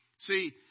See